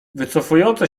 wycofujące